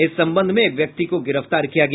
इस संबंध में एक व्यक्ति को गिरफ्ताार किया गया